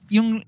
Yung